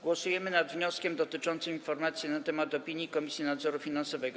Głosujemy nad wnioskiem dotyczącym informacji na temat opinii Komisji Nadzoru Finansowego.